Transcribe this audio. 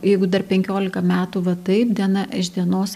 jeigu dar penkiolika metų va taip diena iš dienos